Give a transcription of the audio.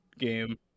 game